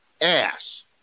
ass